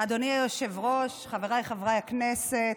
אדוני היושב-ראש, חבריי חברי הכנסת,